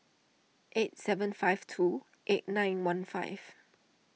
eight seven five two eight nine one five